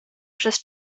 przez